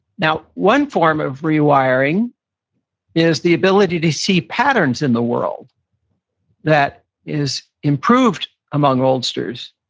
now, one form of rewiring is the ability to see patterns in the world that is improved among oldsters.